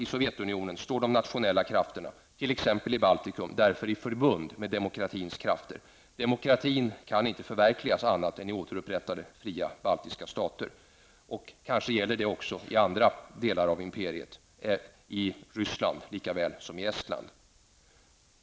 I Sovjetunionen står det nationella krafterna, t.ex. i Baltikum, därför i förbund med demokratins krafter -- demokratin kan inte förverkligas annat än i återupprättade fria baltiska stater. Detta gäller kanske också i andra delar av imperiet, i Ryssland lika väl som i Estland.